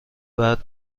بعد